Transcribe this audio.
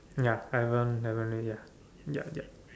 ya haven't haven't yet ya ya ya